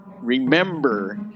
remember